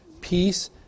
peace